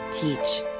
teach